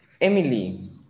Emily